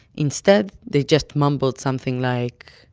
instead, they just mumbled something like,